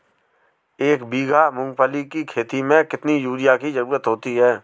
एक बीघा मूंगफली की खेती में कितनी यूरिया की ज़रुरत होती है?